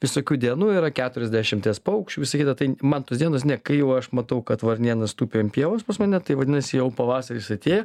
visokių dienų yra keturiasdešimties paukščių visa kita tai man tos dienos kai jau aš matau kad varnėnas tupi ant pievos pas mane tai vadinasi jau pavasaris atėjo